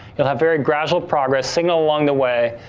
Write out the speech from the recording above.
you'll have very gradual progress, signal along the way,